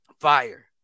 Fire